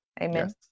Amen